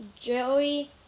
Joey